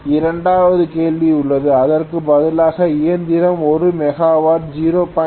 இரண்டாவது கேள்வி உள்ளது அதற்கு பதிலாக இயந்திரம் 1 மெகாவாட் 0